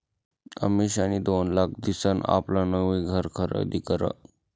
अमिषानी दोन लाख दिसन आपलं नवं घर खरीदी करं